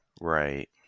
Right